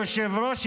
היושב-ראש,